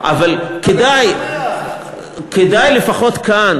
אבל כדאי לפחות כאן,